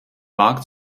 markt